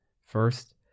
First